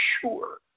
sure